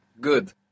Good